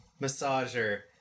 massager